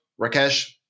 Rakesh